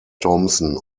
thompson